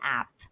app